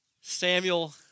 Samuel